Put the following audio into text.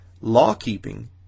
Law-keeping